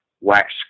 wax